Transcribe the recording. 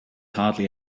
hardly